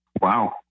wow